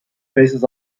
faces